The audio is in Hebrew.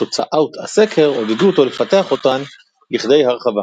ותוצאות הסקר עודדו אותו לפתח אותן לכדי הרחבה.